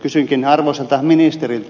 kysynkin arvoisalta ministeriltä